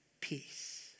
peace